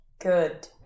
Good